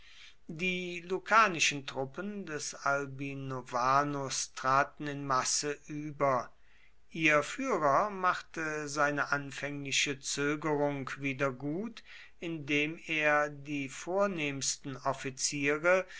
die lucanischen truppen des albinovanus traten in masse über ihr führer machte seine anfängliche zögerung wieder gut indem er die vornehmsten offiziere